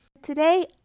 today